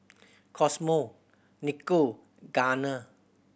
Cosmo Nico Garner